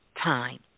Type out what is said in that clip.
time